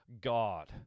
God